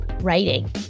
writing